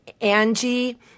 Angie